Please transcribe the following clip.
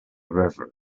reverie